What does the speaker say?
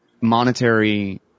monetary